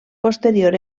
posterior